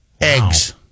Eggs